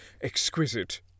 Exquisite